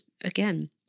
again